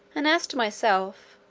and as to myself,